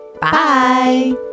Bye